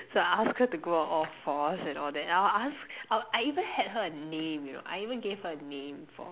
so I'll ask her to go on all fours and all that I'll ask I even had her a name you know I even gave her a name for